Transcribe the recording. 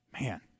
man